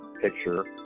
picture